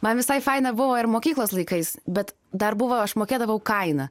man visai faina buvo ir mokyklos laikais bet dar buvo aš mokėdavau kainą